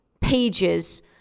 pages